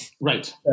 right